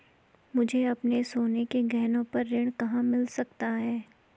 मुझे अपने सोने के गहनों पर ऋण कहाँ मिल सकता है?